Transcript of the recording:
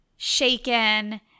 shaken